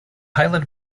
highland